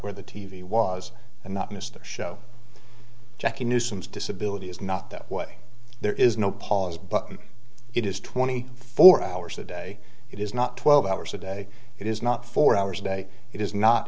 where the t v was and that mr show jackie nuisance disability is not that way there is no pause but it is twenty four hours a day it is not twelve hours a day it is not four hours a day it is not